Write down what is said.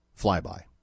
flyby